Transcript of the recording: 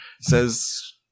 says